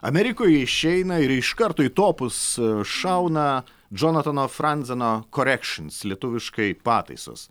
amerikoje išeina ir iš karto į topus šauna džonatano franzeno korekšins lietuviškai pataisos